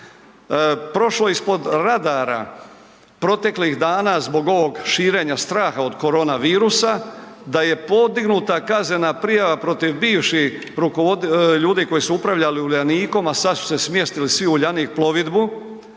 Prošlo ispod radara proteklih dana zbog ovog širenja straha od ovog korona virusa da je podignuta kaznena prijava protivi bivših ljudi koji su upravljali Uljanikom, a sad su se smjestili svi u Uljanik plovidbu